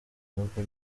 n’ubwo